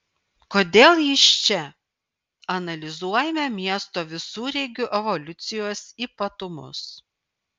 kodėl jis čia analizuojame miesto visureigių evoliucijos ypatumus